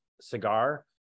cigar